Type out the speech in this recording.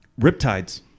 Riptides